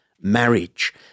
marriage